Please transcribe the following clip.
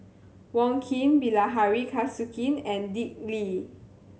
Wong Keen Bilahari Kausikan and Dick Lee